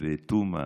ותומא